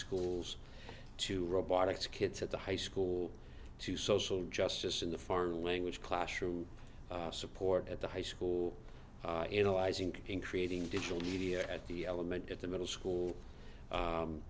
schools two robotics kids at the high school to social justice in the foreign language classroom support at the high school in ally's inc in creating digital media at the element at the middle school